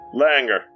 Langer